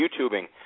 YouTubing